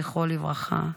זכרו לברכה,